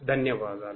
ధన్యవాదాలు